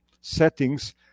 settings